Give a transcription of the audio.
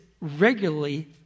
regularly